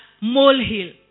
molehill